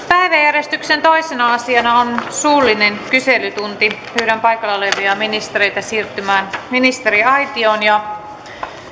päiväjärjestyksen toisena asiana on suullinen kyselytunti pyydän paikalla olevia ministereitä siirtymään ministeriaitioon pyydän